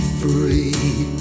free